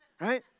right